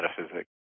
metaphysics